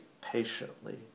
patiently